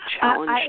challenge